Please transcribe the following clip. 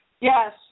Yes